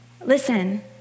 Listen